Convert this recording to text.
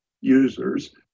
users